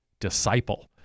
disciple